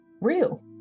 real